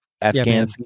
Afghan